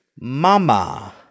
Mama